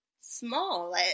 small